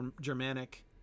Germanic